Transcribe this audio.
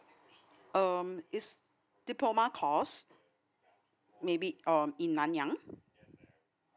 um it's diploma course maybe um in nanyang